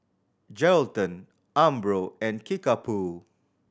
Geraldton Umbro and Kickapoo